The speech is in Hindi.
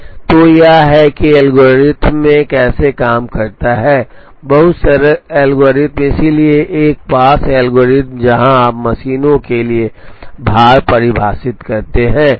तो यह है कि यह एल्गोरिथ्म कैसे काम करता है बहुत सरल एल्गोरिथ्म इसलिए एक पास एल्गोरिथ्म जहां आप मशीनों के लिए भार परिभाषित करते हैं